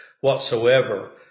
whatsoever